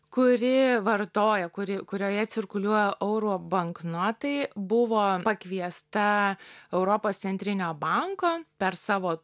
kuri vartoja kuri kurioje cirkuliuoja euro banknotai buvo pakviesta europos centrinio banko per savo